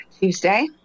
Tuesday